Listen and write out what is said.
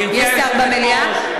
יש שר במליאה?